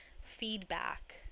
feedback